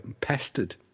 pestered